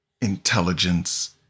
intelligence